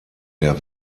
der